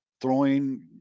throwing –